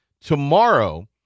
Tomorrow